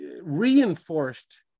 reinforced